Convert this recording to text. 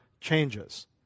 changes